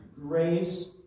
grace